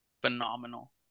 Phenomenal